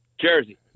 Jersey